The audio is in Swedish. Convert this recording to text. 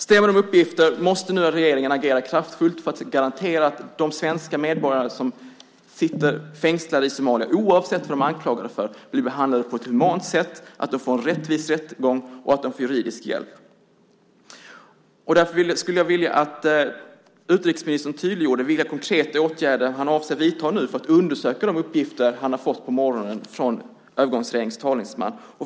Om de uppgifterna stämmer måste regeringen agera kraftfullt för att garantera att de svenska medborgare som sitter fängslade i Somalia, oavsett vad de är anklagade för, blir behandlade på ett humant sätt, att de får en rättvis rättegång och att de får juridisk hjälp. Jag skulle vilja att utrikesministern tydliggör vilka konkreta åtgärder han avser att vidta för att undersöka de uppgifter han har fått på morgonen av övergångsregeringens talesman.